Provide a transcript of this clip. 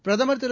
பிரதமர் திரு